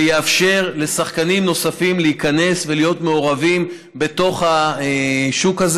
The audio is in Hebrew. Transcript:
ויאפשר לשחקנים נוספים להיכנס ולהיות מעורבים בשוק הזה.